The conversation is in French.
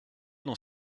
dans